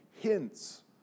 hints